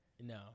No